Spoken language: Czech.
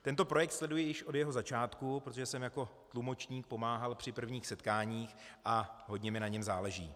Tento projekt sleduji již od jeho začátku, protože jsem jako tlumočník pomáhal při prvních setkáních a hodně mi na něm záleží.